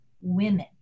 women